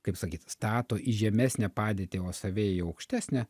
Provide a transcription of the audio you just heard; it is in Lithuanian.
kaip sakyt stato į žemesnę padėtį o save į aukštesnę